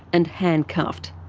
and handcuffed.